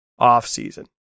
offseason